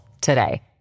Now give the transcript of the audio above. today